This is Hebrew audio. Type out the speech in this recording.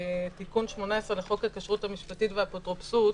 תיקון 18 לחוק הכשרות המשפטית והאפוטרופסות